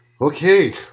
Okay